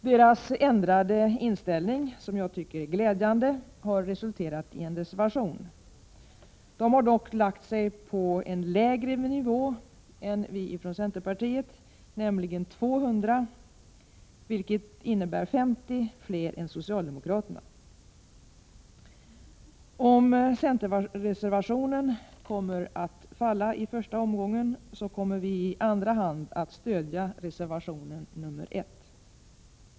Deras ändrade inställning, som jag tycker är glädjande, har resulterat i en reservation. De har dock valt en lägre nivå än vi från centerpartiet — man föreslår nämligen 200 polisaspiranter, vilket innebär 50 fler än vad socialdemokraterna föreslår. Om centerreservationen faller i den första omgången, kommer vi i andra hand att stödja reservation 1.